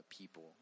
people